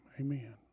Amen